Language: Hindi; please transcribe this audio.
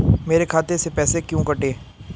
मेरे खाते से पैसे क्यों कटे?